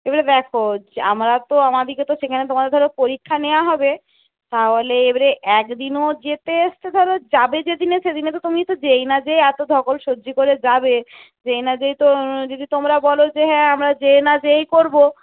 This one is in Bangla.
এবারে দেখো আমরা তো আমাদেরকে তো সেখানে তোমাদের ধরো পরীক্ষা নেওয়া হবে তাহলে এবারে এক দিনও যেতে আসতে ধরো যাবে যেদিনে সেদিনে তো তুমি তো গিয়ে না গিয়ে এত ধকল সহ্য করে যাবে গিয়ে না গিয়ে তো যদি তোমরা বলো যে হ্যাঁ আমরা গিয়ে না গিয়েই করব